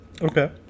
Okay